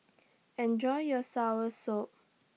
Enjoy your Soursop